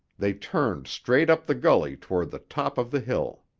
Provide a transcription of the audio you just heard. they turned straight up the gully toward the top of the hill.